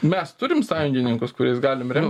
mes turim sąjungininkus kuriais galim remtis